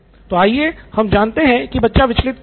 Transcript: तो आइए हम जानते हैं कि वह बच्चा विचलित क्यों है